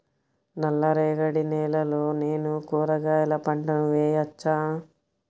నల్ల రేగడి నేలలో నేను కూరగాయల పంటను వేయచ్చా?